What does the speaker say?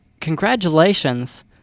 congratulations